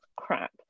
crap